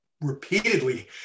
repeatedly